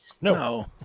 No